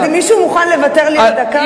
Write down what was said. מישהו מוכן לוותר לי על דקה?